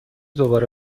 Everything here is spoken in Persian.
دوباره